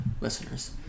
listeners